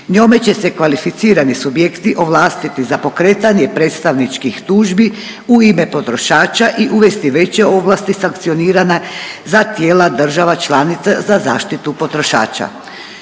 Njome će se kvalificirani subjekti ovlastiti za pokretanje predstavničkih tužbi u ime potrošača i uvesti veće ovlasti sankcioniranja za tijela država članica za zaštitu potrošača.